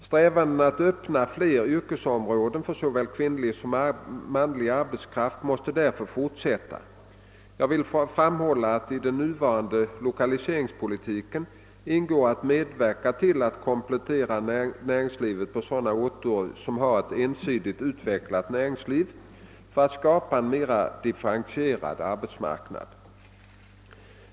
Strävandena att öppna fler yrkesområden för såväl kvinnlig som manlig arbetskraft måste därför fortsätta. Jag vill framhålla att i den nuvarande lokaliseringspolitiken ingår att medverka till att komplettera näringslivet på sådana orter som har ett ensidigt utvecklat näringsliv för att skapa en mera differentierad arbetsmarknad.